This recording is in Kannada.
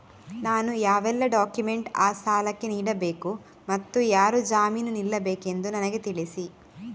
ನಾನು ಯಾವೆಲ್ಲ ಡಾಕ್ಯುಮೆಂಟ್ ಆ ಸಾಲಕ್ಕೆ ನೀಡಬೇಕು ಮತ್ತು ಯಾರು ಜಾಮೀನು ನಿಲ್ಲಬೇಕೆಂದು ನನಗೆ ತಿಳಿಸಿ?